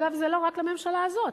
אגב, זה לא רק לממשלה הזאת,